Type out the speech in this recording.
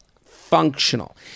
Functional